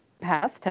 passed